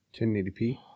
1080p